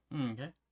okay